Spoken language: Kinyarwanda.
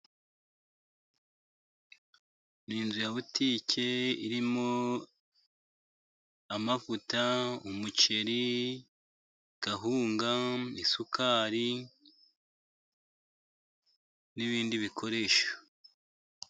Ni inzu ya butike irimo amavuta, umuceri, gahunga, isukari, n'ibindi bikoresho.